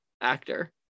actor